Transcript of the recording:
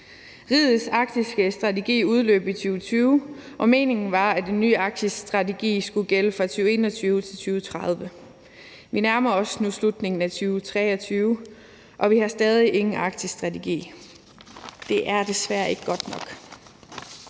Rigets arktiske strategi udløb i 2020, og meningen var, at en ny arktisk strategi skulle gælde fra 2021 til 2030. Vi nærmer os nu slutningen af 2023, og vi har stadig ingen arktisk strategi. Det er desværre ikke godt nok.